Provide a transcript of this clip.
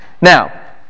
Now